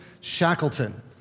Shackleton